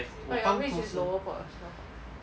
but your risks is lower for yourself [what]